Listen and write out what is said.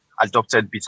adopted